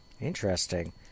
Interesting